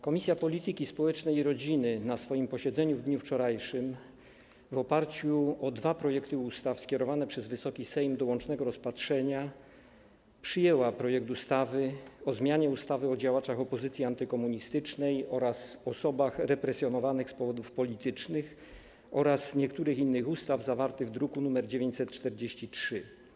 Komisja Polityki Społecznej i Rodziny na swoim posiedzeniu w dniu wczorajszym, pracując w oparciu o dwa projekty ustaw skierowane przez Wysoki Sejm do łącznego rozpatrzenia, przyjęła projekt ustawy o zmianie ustawy o działaczach opozycji antykomunistycznej oraz osobach represjonowanych z powodów politycznych oraz niektórych innych ustaw, zawarty w druku nr 943.